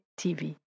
TV